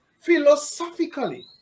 philosophically